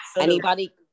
anybody-